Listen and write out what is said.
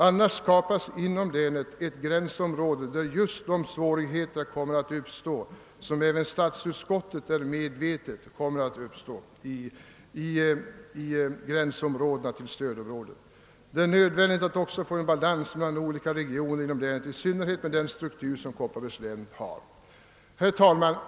Annars skapas inom länet ett gränsområde, där just de svårigheter kommer att uppstå som även statsutskottet är medvetet om kan bli en stor fara. Det är nödvändigt att också få en balans mellan olika regioner inom länet, i synnerhet med tanke på den struktur som Kopparbergs län har.